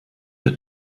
der